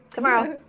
tomorrow